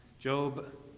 Job